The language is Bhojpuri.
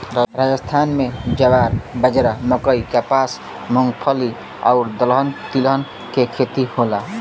राजस्थान में ज्वार, बाजरा, मकई, कपास, मूंगफली आउर दलहन तिलहन के खेती होला